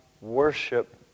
worship